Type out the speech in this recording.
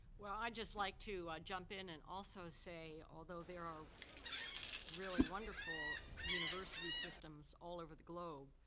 well i'd just like to jump in and also say, although there are really wonderful university systems all over the globe,